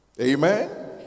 Amen